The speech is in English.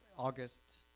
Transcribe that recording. august,